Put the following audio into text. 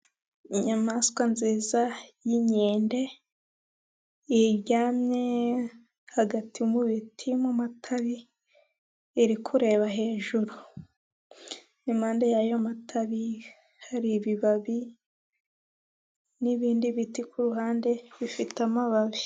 Inyamaswa nziza y'inkende iryamye hagati mu biti mu matabi, iri kureba hejuru, impande y'ayo matabi hari ibibabi n'ibindi biti ku ruhande, bifite amababi.